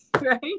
right